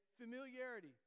familiarity